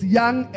young